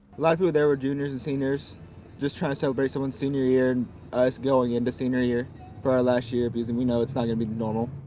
la who they were juniors and seniors just trying to celebrate someone senior year and ah it's going into senior year for our last year because and we know it's not going to be normal.